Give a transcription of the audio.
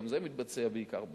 גם זה מתבצע בעיקר בבתי-חולים.